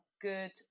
good